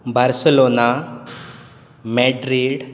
Barcelona Madrid